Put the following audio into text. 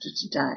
today